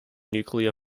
nuclear